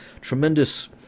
tremendous